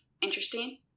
interesting